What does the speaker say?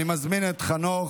אני מזמין את חנוך.